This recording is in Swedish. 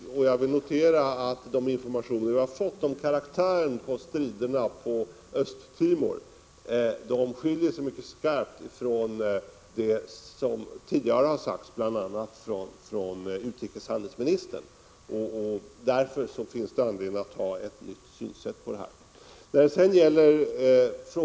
Jag noterar att informationerna angående karaktären av striderna på Östra Timor skiljer sig mycket skarpt 73 från vad som tidigare bl.a. utrikeshandelsministern sagt. Därför finns det anledning till ett nytt synsätt.